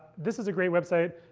this is a great website.